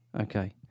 Okay